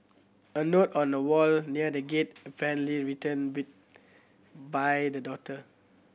a note on a wall near the gate apparently written be by the daughter